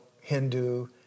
Hindu